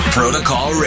Protocol